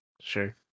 Sure